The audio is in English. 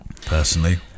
personally